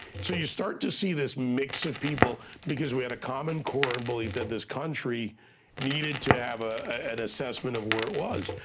so you start to see this mix of people, because we had a common core and belief that this country needed to have an ah and assessment of where it was.